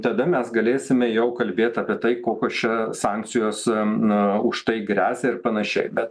tada mes galėsime jau kalbėt apie tai kokios čia sankcijos na už tai gresia ir panašiai bet